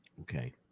Okay